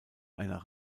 einer